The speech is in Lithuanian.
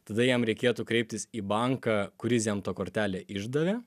tada jam reikėtų kreiptis į banką kuris jam tą kortelę išdavė